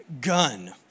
gun